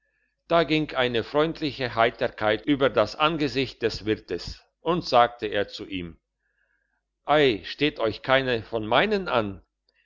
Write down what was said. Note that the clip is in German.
da ging eine freundliche heiterkeit über das angesicht des wirtes und sagte er zu ihm ei steht euch keine von meinen an